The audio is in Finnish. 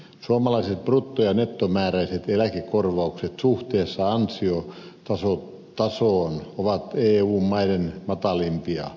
suomalaiset brutto ja nettomääräiset eläkekorvaukset suhteessa ansiotasoon ovat eu maiden matalimpia